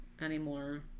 anymore